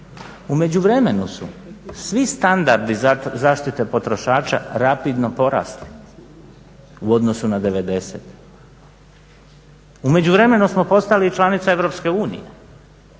U međuvremenu su svi standardi zaštite potrošača rapidno porasli u odnosu na 90-e. U međuvremenu smo postali članica EU, a